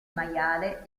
maiale